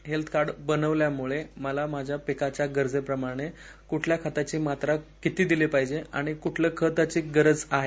health card बनविल्यामुळे मला माझ्या पीकाच्या गरजेप्रमाणे कुठल्या खताची मात्रा किती दिली पाहिजे आणि क्ठल्या खताची गरज आहे